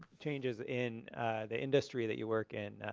changes in the industry that you work in.